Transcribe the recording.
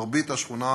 מרבית השכונה